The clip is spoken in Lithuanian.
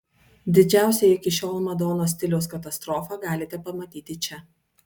didžiausią iki šiol madonos stiliaus katastrofą galite pamatyti čia